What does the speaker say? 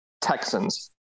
Texans